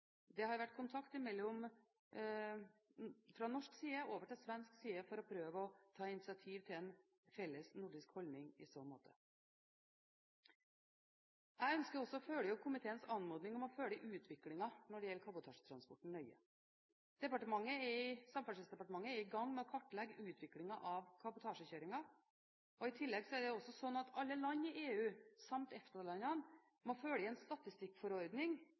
Det har vært kontakt fra norsk side over til svensk side for å prøve å ta initiativ til en felles nordisk holdning i så måte. Jeg ønsker også å følge opp komiteens anmodning om å følge utviklingen når det gjelder kabotasjetransporten, nøye. Samferdselsdepartementet er i gang med å kartlegge utviklingen av kabotasjekjøringen. I tillegg må også alle land i EU – samt EFTA-landene – følge en statistikkforordning